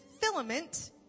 filament